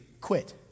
quit